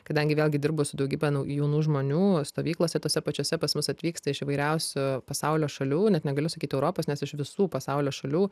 kadangi vėlgi dirbu su daugybe naujų jaunų žmonių stovyklose tose pačiuose pas mus atvyksta iš įvairiausių pasaulio šalių net negaliu sakyt europos nes iš visų pasaulio šalių